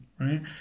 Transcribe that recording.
right